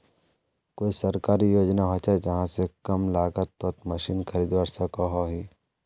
कोई सरकारी योजना होचे जहा से कम लागत तोत मशीन खरीदवार सकोहो ही?